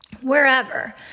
wherever